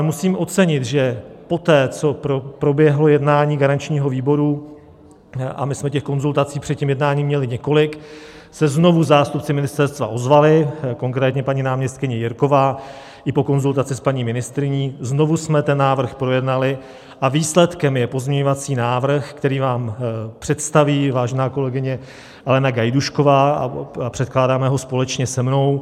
Musím ale ocenit, že poté, co proběhlo jednání garančního výboru a my jsme těch konzultací před jednáním měli několik se znovu zástupci ministerstva ozvali, konkrétně paní náměstkyně Jirková i po konzultaci s paní ministryní, znovu jsme ten návrh projednali a výsledkem je pozměňovací návrh, který vám představí vážená kolegyně Alena Gajdůšková, předkládá ho společně se mnou.